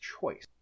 choice